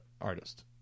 artist